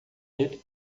ele